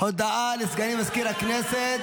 הודעה לסגנית מזכיר הכנסת.